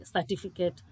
certificate